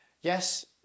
yes